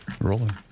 Rolling